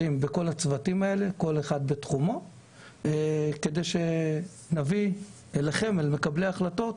בכל הצוותים כדי שנביא אל מקבלי ההחלטות